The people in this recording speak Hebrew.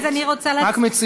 אז אני רוצה, רק מציע.